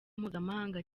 mpuzamahanga